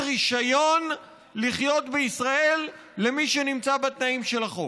רישיון לחיות בישראל למי שנמצא בתנאים של החוק.